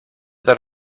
that